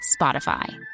Spotify